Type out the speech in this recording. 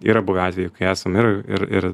yra buvę atvejų kai esam ir ir ir